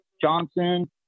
Johnson